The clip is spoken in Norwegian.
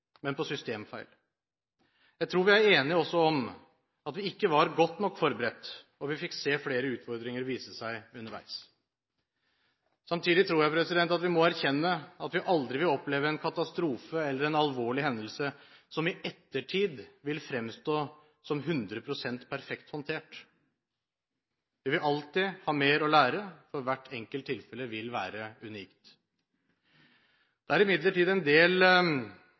men på systemfeil. Jeg tror også vi er enige om at vi ikke var godt nok forberedt, og flere utfordringer viste seg underveis. Samtidig tror jeg vi må erkjenne at vi aldri vil oppleve en katastrofe eller en alvorlig hendelse som i ettertid vil fremstå som hundre prosent perfekt håndtert. Vi vil alltid ha mer å lære, for hvert enkelt tilfelle vil være unikt. Det er imidlertid en del